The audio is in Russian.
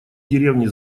деревни